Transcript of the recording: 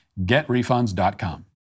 getrefunds.com